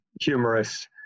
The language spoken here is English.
humorous